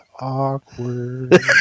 Awkward